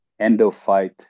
endophyte